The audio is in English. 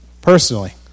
Personally